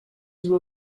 you